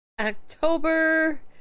October